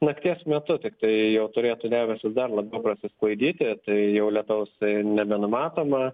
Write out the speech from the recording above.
nakties metu tiktai jau turėtų debesys dar labiau prasisklaidyti tai jau lietaus nebenumatoma